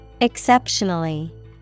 Exceptionally